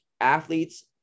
athletes